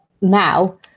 now